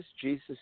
Jesus